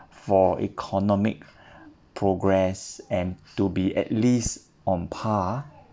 for economic progress and to be at least on par